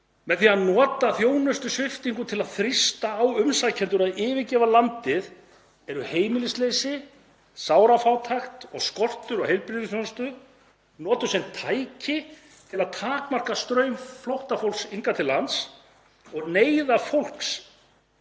Með því að nota þjónustusviptingu til að þrýsta á umsækjendur að yfirgefa landið eru heimilisleysi, sárafátækt og skortur á heilbrigðisþjónustu notuð sem tæki til að takmarka straum flóttafólks hingað til lands og neyða fólk